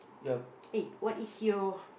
eh what is your